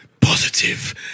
positive